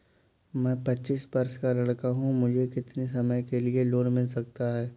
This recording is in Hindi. मैं पच्चीस वर्ष का लड़का हूँ मुझे कितनी समय के लिए लोन मिल सकता है?